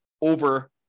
over